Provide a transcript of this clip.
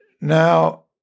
Now